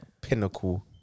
Pinnacle